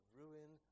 ruin